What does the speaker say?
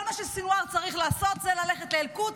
כל מה שסנוואר צריך לעשות זה ללכת לאל-קודס,